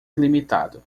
ilimitado